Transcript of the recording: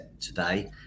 today